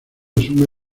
asume